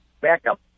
backup